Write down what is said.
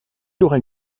aurait